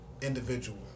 individual